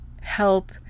help